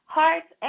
hearts